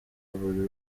buri